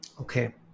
Okay